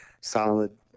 solid